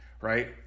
right